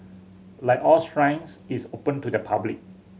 like all shrines it's open to the public